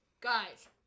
Guys